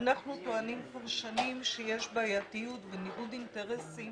אנחנו טוענים כבר שנים שיש בעייתיות וניגוד אינטרסים